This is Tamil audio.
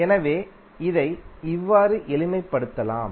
எனவே இதை இவ்வாறு எளிமைப்படுத்தலாம்